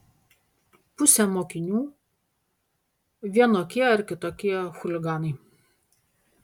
pusė mokinių vienokie ar kitokie chuliganai